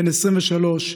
בן 23,